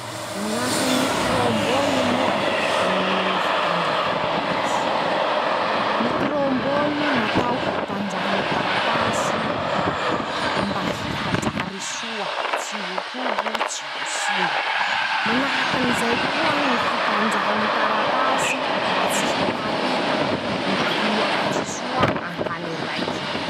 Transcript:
Ñ'asany ñy trombony moa, aminy ñy fitanjaha taratasy. ñy trombony natao hitanjaha ñy taratasy. mba hihajary soa. tsy ho trobo tsy ho simba ;manahaky anizay koa ñy fitanjaha ñy taratasy mba tsy hiparitaky, mba hilahatsy soa an-tany raiky.